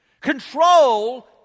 Control